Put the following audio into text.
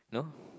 no